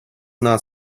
not